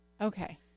Okay